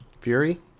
Fury